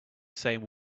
hosted